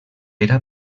era